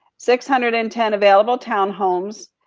six hundred and ten available town homes,